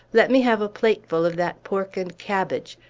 let me have a plateful of that pork and cabbage!